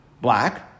black